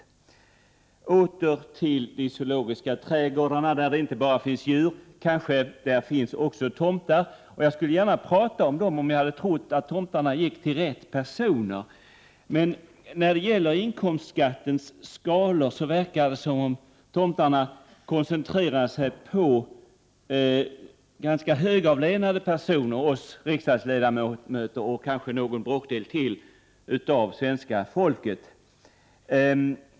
Så åter till de zoologiska trädgårdarna, där det inte bara finns djur utan kanske också tomtar. Jag skulle gärna prata om dem, om jag trodde att de gick till rätt personer. Men i fråga om inkomstskattens skalor verkar det som om tomtarna koncentrerar sig på ganska högavlönade personer, oss riksdagsledamöter och kanske ytterligare någon bråkdel av svenska folket.